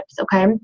Okay